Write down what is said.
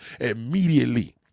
immediately